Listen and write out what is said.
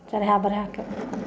चढ़ाय बढ़ायकऽ